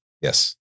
yes